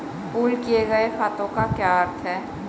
Pool किए गए खातों का क्या अर्थ है?